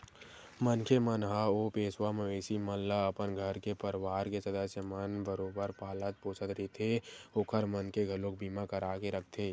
मनखे मन ह ओ पोसवा मवेशी मन ल अपन घर के परवार के सदस्य मन बरोबर पालत पोसत रहिथे ओखर मन के घलोक बीमा करा के रखथे